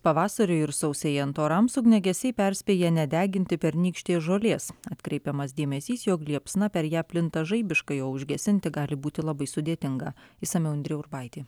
pavasariui ir sausėjant orams ugniagesiai perspėja nedeginti pernykštės žolės atkreipiamas dėmesys jog liepsna per ją plinta žaibiškai o užgesinti gali būti labai sudėtinga išsamiau indrė urbaitė